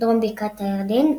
- דרום בקעת הירדן,